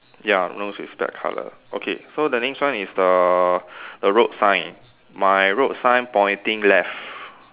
ya nose is black colour okay so the next one is the the road sign my road sign pointing left